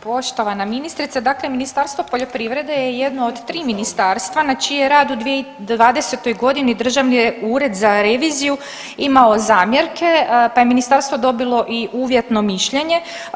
Poštovana ministrice, dakle Ministarstvo poljoprivrede je jedno od tri ministarstva na čiji je rad u 2020. godini Državni ured za reviziju imao zamjerke, pa je ministarstvo dobilo i uvjetno mišljenje.